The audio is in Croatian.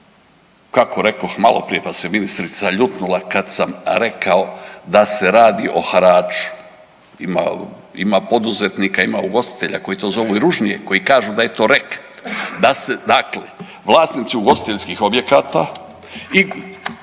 kako rekoh malo prije pa se ministrica ljutnula kad sam rekao da se radi o haraču. Ima poduzetnika, ima ugostitelja koji to zovu i ružnije koji kažu da je to reket. Dakle, vlasnici ugostiteljskih objekata